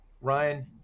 Ryan